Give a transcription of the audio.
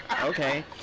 okay